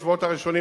בשבועות הראשונים,